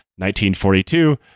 1942